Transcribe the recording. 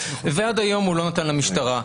ועד היום הוא לא נותן למשטרה.